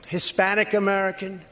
Hispanic-American